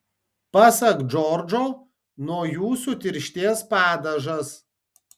pasak džordžo nuo jų sutirštės padažas